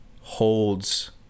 holds